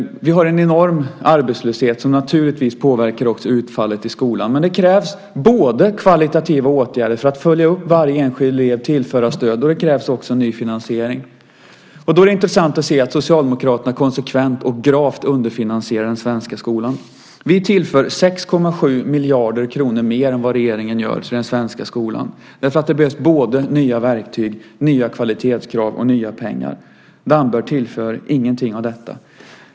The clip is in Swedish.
Vi har en enorm arbetslöshet som naturligtvis påverkar också utfallet i skolan, men det krävs kvalitativa åtgärder för att följa upp varje enskild elev och tillföra stöd, och det krävs också ny finansiering. Då är det intressant att Socialdemokraterna konsekvent och gravt underfinansierar den svenska skolan. Vi tillför 6,7 miljarder kronor mer än vad regeringen gör till den svenska skolan, därför att det behövs både nya verktyg, nya kvalitetskrav och nya pengar. Damberg tillför ingenting av detta.